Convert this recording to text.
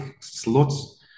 slots